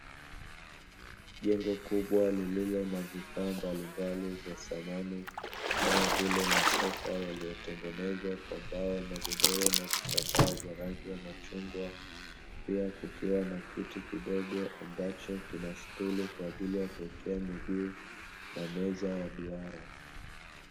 Jengo kubwa lililo na vifaa mbalimbali vya samani, kama vile masofa yaliyotengenezwa kwa mbao, magodoro, na vitambaa vya rangi ya machungwa. Pia, kukiwa na kiti kidogo ambacho kina stuli kwa ajili ya kuwekea miguu, na meza ya duara.